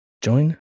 Join